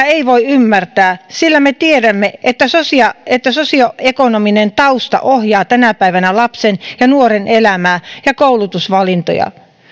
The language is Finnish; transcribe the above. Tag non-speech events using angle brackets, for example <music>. <unintelligible> ei voi ymmärtää sillä me tiedämme että sosioekonominen tausta ohjaa tänä päivänä lapsen ja nuoren elämää ja koulutusvalintoja